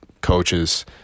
coaches